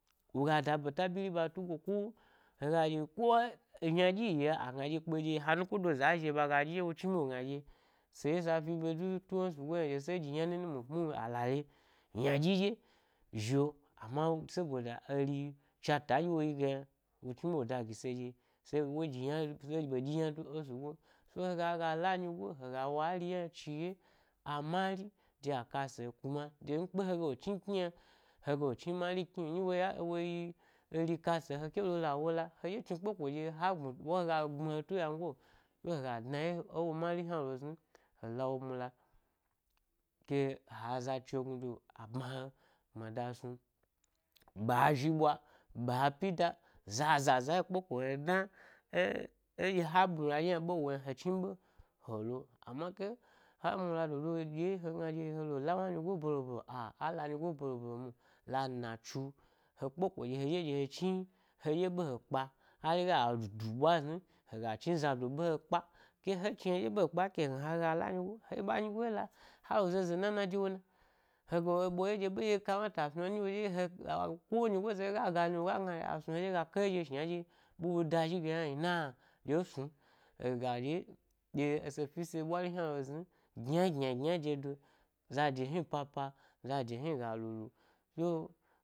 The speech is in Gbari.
Wo ga da ɓeta ɓyiri e ɓa tugo’o ko, hega ɗye ko-yna ɗyi yo, agna dye ha nukodo za zhi ɗye ɓaga ɗyi, wo chni ɓe wogna dye se ɗye sa fi ɓe dutun esugo yna dye se ɗyi yna nini mwo, mulmi, alahari ynaɗyi ɗye zho-amma wo, saboda eri nɗye wa yi ge yna, wo chniɓe wo da gise dye, se woɗyi yna se ɓe ɗyi yna du esugo, sa he ga la ny go-hega wo ari hna chi ye amani de akasae-kuma de he hegale chni kni yna hega lechni mari kni nɗye wo nɗye woyi kasa yi ha kelo la wo la ho chni kpeko ɗye ha hedye chni kpe ko ɗye dna ye ewo mari hna lo ezni he lawo mula, ke ha aza che gnudoo a bma he gbmada snu, ɓa zhi bwa ba ha pyi da, za za za he kpela he dna eh-eh dye ha mula ɗye hna ɓe wo kpe he chnibe he lo, ama khe, ha mula dodo ɗye hegna ɗye he lo la wna nyigo belo belo â-â la nyigo ɓelo ɓelo mwo, la natsu, he kpeko dye hedye dyehe chni he dye ɓe he kpa hari gala du bwa zni tuga chni zada be he kpa, ke he chni he ɗye ɓe he kpanke hegna hega la nyigo la hale zeze nana de woe na he ɓwa ye dye ɓe ɗye komata ɗye a snu yna ndye hedye ko nyigo za ɗye ga gani woga gna a snu he dye ga ka ye ɗye shna ɗye ɓe wo da zhi ga yna yna ɗye snun, hega ɗye, ɗye se fi se ɓwari hnalu zhi gyna-gyna gyna dedo zade hni papa, zade hni ga lulu yoh.